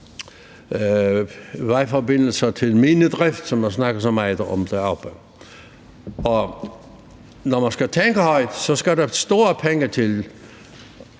vejforbindelser til minedrift, som man snakker så meget om deroppe. Skal man tænke højt, så skal der store penge til